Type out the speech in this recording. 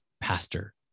pastor